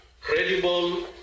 credible